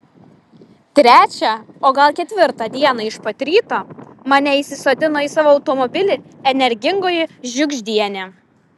trečią o gal ketvirtą dieną iš pat ryto mane įsisodino į savo automobilį energingoji žiugždienė